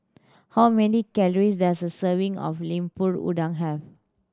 how many calories does a serving of Lemper Udang have